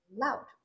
Loud